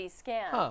scan